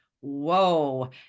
Whoa